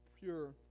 pure